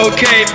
Okay